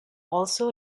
also